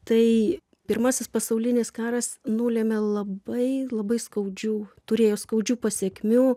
tai pirmasis pasaulinis karas nulėmė labai labai skaudžių turėjo skaudžių pasekmių